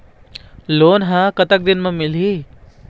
Loan ह कतक दिन मा मिलही?